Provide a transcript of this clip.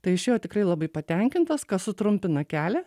tai išėjo tikrai labai patenkintas kas sutrumpina kelią